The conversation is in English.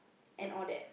and all that